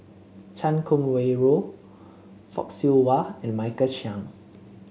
Chan Kum Wah Roy Fock Siew Wah and Michael Chiang